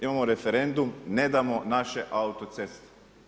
Imamo referendum, ne damo naše autoceste.